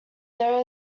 there